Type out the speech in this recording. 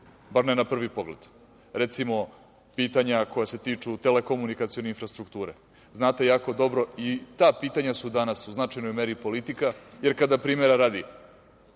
bar ne na prvi pogled, recimo, pitanja koja se tiču telekomunikacione infrastrukture. Znate jako dobro, i ta pitanja su danas u značajnoj meri politika, jer kada, primera radi,